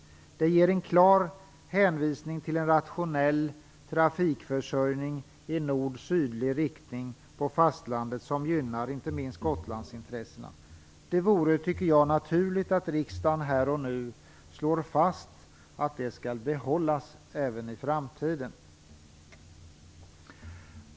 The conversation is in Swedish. Detta ger en klar hänvisning om en rationell trafikförsörjning i nord-sydlig riktning på fastlandet, något som gynnar inte minst Gotlandsintressena. Jag tycker att det är naturligt att riksdagen här och nu slår fast att det här skall behållas även i framtiden.